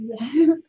Yes